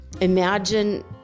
Imagine